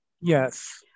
Yes